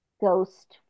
Ghost